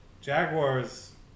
Jaguars